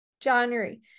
January